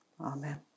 Amen